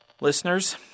Listeners